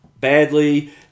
badly